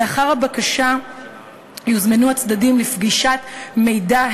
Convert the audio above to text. לאחר הבקשה יוזמנו הצדדים לפגישת מידע,